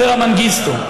אברה מנגיסטו,